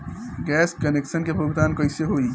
Gas connection के भुगतान कैसे होइ?